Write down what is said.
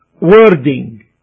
wording